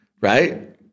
Right